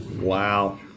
Wow